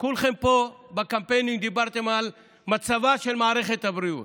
כולכם פה בקמפיינים דיברתם על מצבה של מערכת הבריאות.